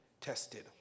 tested